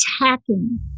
attacking